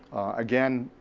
again,